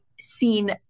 seen